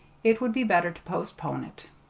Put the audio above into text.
it would be better to postpone it.